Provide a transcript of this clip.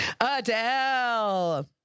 Adele